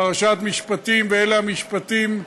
פרשת משפטים, "ואלה המשפטים":